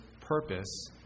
purpose